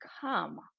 come